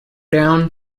down